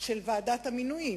של ועדת המינויים,